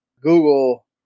Google